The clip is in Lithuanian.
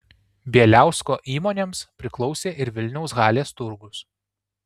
bieliausko įmonėms priklausė ir vilniaus halės turgus